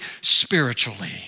spiritually